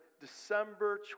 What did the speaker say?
December